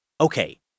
Okay